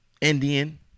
Indian